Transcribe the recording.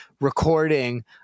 recording